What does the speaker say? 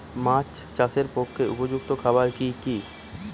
মাছ চাষের পক্ষে উপযুক্ত খাবার কি কি?